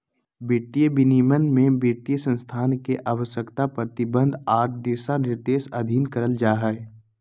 वित्तीय विनियमन में वित्तीय संस्थान के आवश्यकता, प्रतिबंध आर दिशानिर्देश अधीन करल जा हय